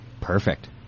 Perfect